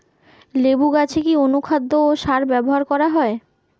লেবু গাছে কি অনুখাদ্য ও সার ব্যবহার করা হয়?